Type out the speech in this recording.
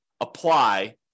apply